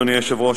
אדוני היושב-ראש,